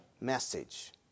message